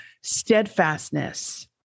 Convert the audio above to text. steadfastness